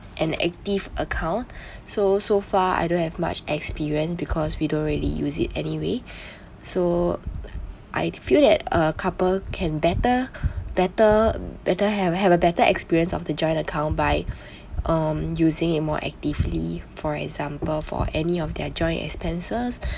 an active account so so far I don't have much experience because we don't really use it anyway so I feel that a couple can better better better have a have a better experience of the joint account by um using it more actively for example for any of their joint expenses